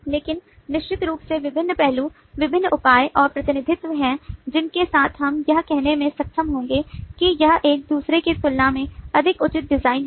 लेकिन निश्चित रूप से विभिन्न पहलू विभिन्न उपाय और प्रतिनिधित्व हैं जिनके साथ हम यह कहने में सक्षम होंगे कि यह एक दूसरे की तुलना में अधिक उचित design है